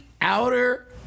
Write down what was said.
outer